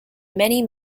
many